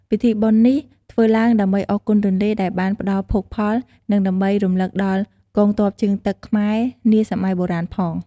ពិធីបុណ្យនេះធ្វើឡើងដើម្បីអរគុណទន្លេដែលបានផ្ដល់ភោគផល និងដើម្បីរំលឹកដល់កងទ័ពជើងទឹកខ្មែរនាសម័យបុរាណផង។